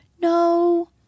no